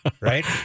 right